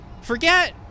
forget